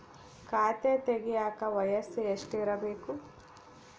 ಖಾತೆ ತೆಗೆಯಕ ವಯಸ್ಸು ಎಷ್ಟಿರಬೇಕು?